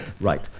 Right